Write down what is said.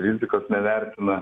rizikos nevertina